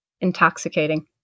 intoxicating